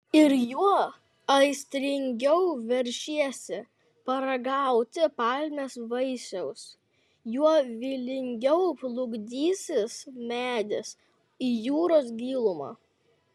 ir juo aistringiau veršiesi paragauti palmės vaisiaus juo vylingiau plukdysis medis į jūros gilumą